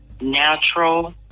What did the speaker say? natural